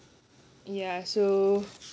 ya so